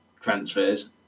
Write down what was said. transfers